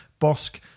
Bosk